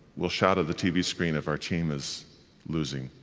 we'll shout at the tv screen if our team is losing,